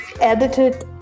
edited